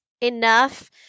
enough